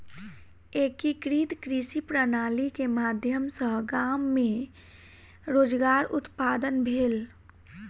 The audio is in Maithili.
एकीकृत कृषि प्रणाली के माध्यम सॅ गाम मे रोजगार उत्पादन भेल